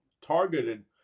targeted